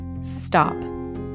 stop